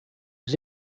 was